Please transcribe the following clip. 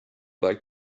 back